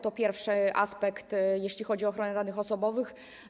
To pierwszy aspekt, jeśli chodzi o ochronę danych osobowych.